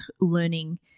learning